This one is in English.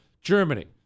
Germany